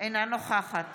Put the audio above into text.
אינה נוכחת